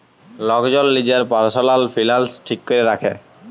lock জল লিজের পারসলাল ফিলালস ঠিক ক্যরে রাখে